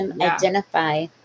identify